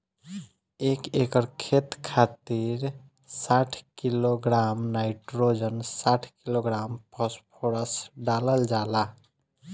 एक एकड़ खेत खातिर साठ किलोग्राम नाइट्रोजन साठ किलोग्राम फास्फोरस डालल जाला?